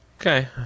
Okay